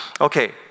Okay